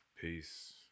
peace